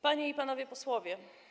Panie i Panowie Posłowie!